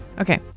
Okay